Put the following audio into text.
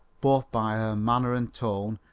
both by her manner and tone,